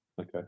Okay